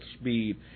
speed